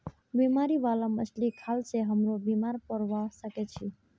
बीमारी बाला मछली खाल से हमरो बीमार पोरवा सके छि